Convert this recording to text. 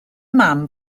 mam